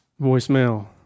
voicemail